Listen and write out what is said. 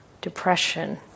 depression